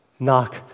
knock